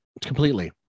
completely